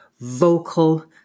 vocal